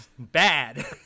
bad